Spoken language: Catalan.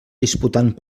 disputant